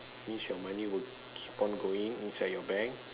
means your money will keep on going inside your bank